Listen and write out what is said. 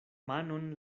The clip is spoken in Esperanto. manon